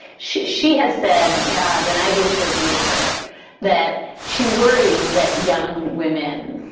she she has said yeah when i've interviewed her that she worries that young women,